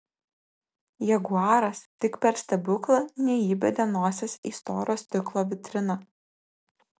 jaguaras tik per stebuklą neįbedė nosies į storo stiklo vitriną